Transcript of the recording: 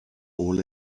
all